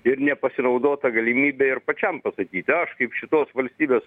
ir nepasinaudota galimybe ir pačiam pasakyti aš kaip šitos valstybės